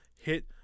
hit